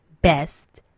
best